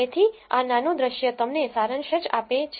તેથી આ નાનું દ્રશ્ય તમને સારાંશ જ આપે છે